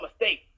mistake